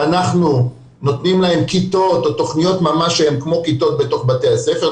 שאנחנו נותנים להם כיתות או תכניות ממש שהן כמו כיתות בתוך בתי הספר,